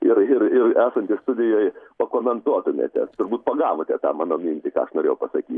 ir ir ir esanti studijoj pakomentuotumėte turbūt pagavote tą mano mintį ką aš norėjau pasakyt